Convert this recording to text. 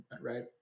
right